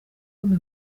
bombe